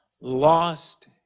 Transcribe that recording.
lost